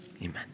amen